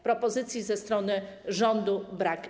Propozycji ze strony rządu brak.